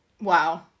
Wow